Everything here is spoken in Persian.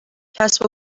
کسب